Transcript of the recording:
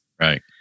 Right